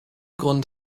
grund